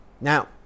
Now